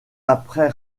après